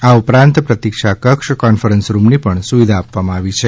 આ ઉપરાંત પ્રતિક્ષાકક્ષ કોન્ફરન્સરૂમની પણ સુવિધા આપવામાં આવી છે